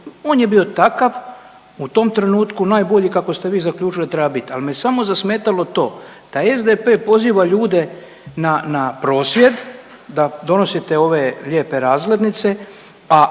on je bio takav u tom trenutku najbolji kako ste vi zaključili da treba biti. Ali me samo zasmetalo to da SDP poziva ljude na prosvjed da donosite ove lijepe razglednice,